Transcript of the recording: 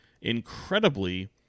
incredibly